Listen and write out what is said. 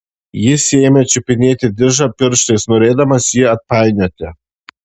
jis ėmė čiupinėti diržą pirštais norėdamas jį atpainioti